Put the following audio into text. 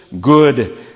good